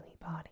body